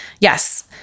Yes